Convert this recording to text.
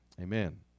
Amen